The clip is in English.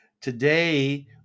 Today